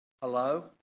Hello